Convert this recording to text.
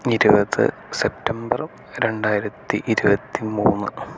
ഇരുപത് സെപ്റ്റംബർ രണ്ടായിരത്തി ഇരുപത്തിമൂന്ന്